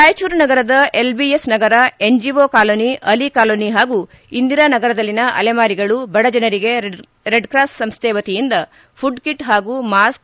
ರಾಯಚೂರು ನಗರದ LBS Nagar NGO colony Ali colony ಹಾಗೂ ಇಂದಿರಾ ನಗರದಲ್ಲಿನ ಅಲೆಮಾರಿಗಳು ಬಡ ಜನರಿಗೆ ರೆಡ್ಕ್ರಾಸ್ ಸಂಸ್ಥೆ ವತಿಯಿಂದ ಫುಡ್ಕಿಟ್ ಹಾಗೂ ಮಾಸ್ಕ್